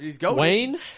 Wayne